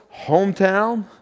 hometown